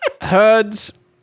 Herds